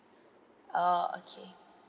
oh okay